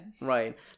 Right